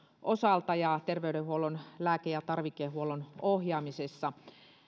osalta ja terveydenhuollon lääke ja tarvikehuollon ohjaamisessa